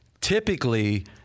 Typically